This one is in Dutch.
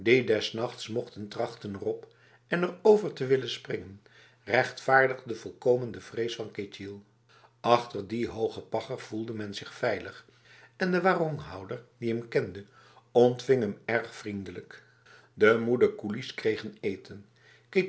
des nachts mochten trachten erop en over te willen springen rechtvaardigde volkomen de vrees van ketjil achter die hoge pagger voelde men zich veilig en de waronghouder die hem kende ontving hem erg vriendelijk de moede koelies kregen eten